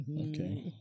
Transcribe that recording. Okay